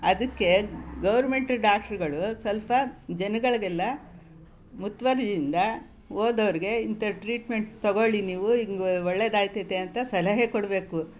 ಅದಕ್ಕೆ ಗೌರ್ಮೆಂಟ್ ಡಾಕ್ಟ್ರುಗಳು ಸ್ವಲ್ಪ ಜನಗಳಿಗೆಲ್ಲ ಮುತುವರ್ಜಿಯಿಂದ ಹೋದವ್ರಿಗೆ ಇಂಥ ಟ್ರೀಟ್ಮೆಂಟ್ ತೊಗೊಳ್ಳಿ ನೀವು ಹೀಗ್ ಒಳ್ಳೆದಾಯ್ತೈತೆ ಅಂತ ಸಲಹೆ ಕೊಡಬೇಕು